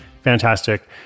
fantastic